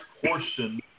portion